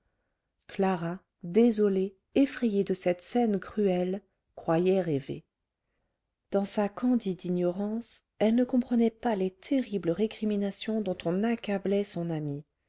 clara désolée effrayée de cette scène cruelle croyait rêver dans sa candide ignorance elle ne comprenait pas les terribles récriminations dont on accablait son amie